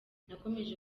nakomeje